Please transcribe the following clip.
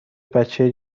بچه